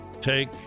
take